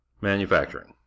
Manufacturing